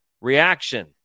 reaction